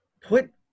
put